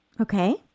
Okay